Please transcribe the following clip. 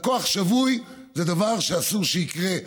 לקוח שבוי זה דבר שאסור שיקרה,